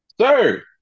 sir